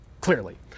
clearly